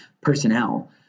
personnel